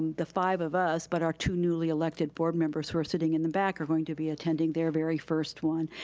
the five of us, but our two newly elected board members who are sitting in the back, are going to be attending their very first one.